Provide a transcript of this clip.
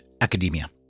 academia